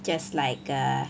just like a